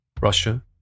Russia